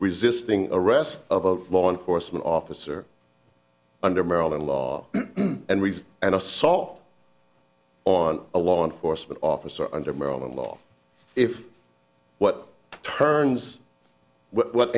resisting arrest of a law enforcement officer under maryland law and reason and assault on a law enforcement officer under maryland law if what turns what